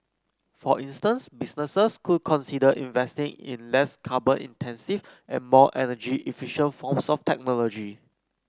for instance businesses could consider investing in less carbon intensive and more energy efficient forms of technology